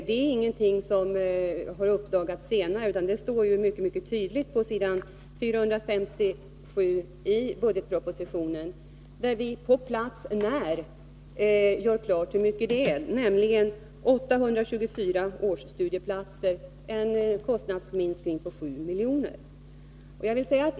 Det är ingenting som har uppdagats på ett senare stadium, utan det framgår mycket tydligt om man läser vad som står på s. 457 i budgetpropositionen. Vi redogör exakt för hur mycket det rör sig om, nämligen 824 årsstudieplatser. Det innebär en kostnadsminskning på 7 milj.kr.